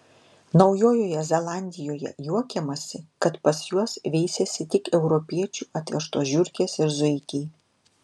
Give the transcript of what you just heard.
naujojoje zelandijoje juokiamasi kad pas juos veisiasi tik europiečių atvežtos žiurkės ir zuikiai